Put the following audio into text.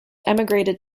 emigrated